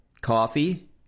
coffee